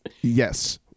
Yes